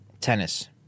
tennis